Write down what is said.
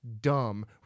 dumb